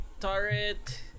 turret